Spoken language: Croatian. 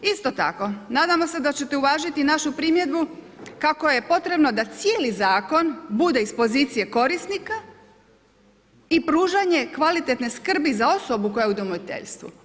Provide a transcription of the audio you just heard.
Isto tako nadamo se da ćete uvažiti našu primjedbu kako je potrebno da cijeli zakon bude iz pozicije korisnika i pružanje kvalitetne skrbi za osobu koja je u udomiteljstvu.